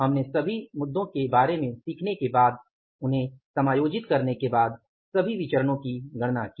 हमने सभी मुद्दों के बारे में सीखने के बाद उन्हें समायोजित करने के बाद सभी विचरणो की गणना की